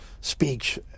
speech